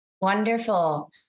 Wonderful